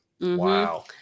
Wow